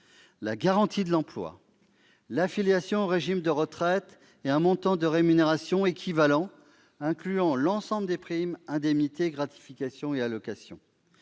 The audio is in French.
la garantie de l'emploi, l'affiliation au régime de retraite et un montant de rémunération équivalent, incluant l'ensemble des primes, indemnités, gratifications et allocations.